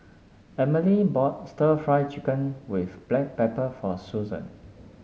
Emilee bought stir Fry Chicken with Black Pepper for Susan